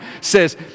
says